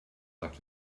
sagt